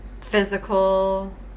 physical